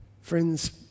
Friends